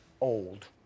old